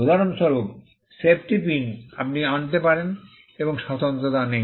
উদাহরণস্বরূপ সেফটি পিনে আপনি আনতে পারেন এমন স্বতন্ত্রতা নেই